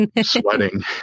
sweating